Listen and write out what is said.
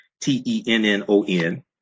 T-E-N-N-O-N